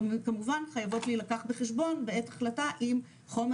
כמובן חיבות להילקח בחשבון בעת החלטה אם חומר